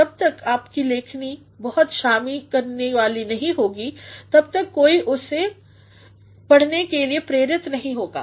जब तब आपकी लेखन बहुत शामी करने वाली नहीं तब तक कोई उसे पढ़ने के लिए प्रेरित नहीं होगा